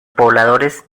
pobladores